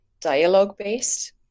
dialogue-based